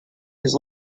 his